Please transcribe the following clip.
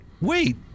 wait